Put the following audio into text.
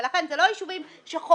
ולכן אלה לא יישובים שחורגים,